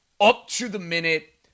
up-to-the-minute